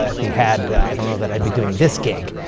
ah if he had, i don't know that i'd be doing this gig.